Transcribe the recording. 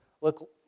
look